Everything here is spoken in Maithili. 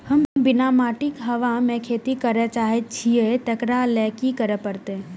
हम बिना माटिक हवा मे खेती करय चाहै छियै, तकरा लए की करय पड़तै?